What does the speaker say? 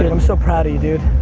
and i'm so proud of you, dude.